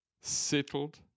settled